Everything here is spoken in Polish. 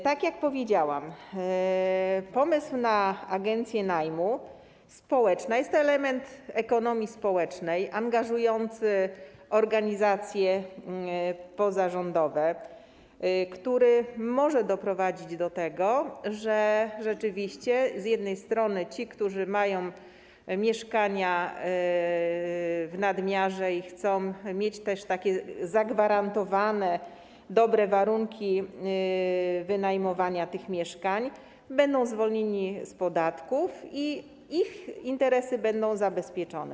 Tak jak powiedziałam, pomysł na społeczne agencje najmu jest to element ekonomii społecznej angażujący organizacje pozarządowe, który może doprowadzić do tego, że rzeczywiście z jednej strony ci, którzy mają mieszkania w nadmiarze i chcą mieć zagwarantowane dobre warunki wynajmowania tych mieszkań, będą zwolnieni z podatków i ich interesy będą zabezpieczone.